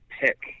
pick